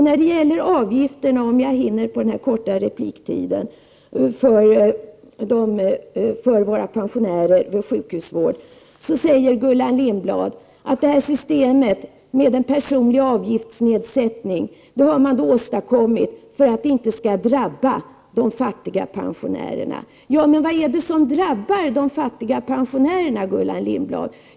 När det gäller pensionärernas avgifter vid sjukhusvård, om jag hinner beröra dem på den korta repliktiden, säger Gullan Lindblad att systemet med en personlig avgiftsnedsättning har man åstadkommit för att inte de fattiga pensionärerna skall drabbas. Men vad är det som drabbar de fattiga pensionärerna, Gullan Lindblad?